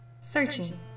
searching